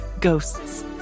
ghosts